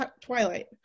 Twilight